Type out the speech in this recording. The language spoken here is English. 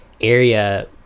area